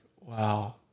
wow